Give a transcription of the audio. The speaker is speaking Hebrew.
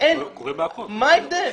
מה ההבדל?